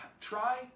try